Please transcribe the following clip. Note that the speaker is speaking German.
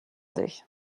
sich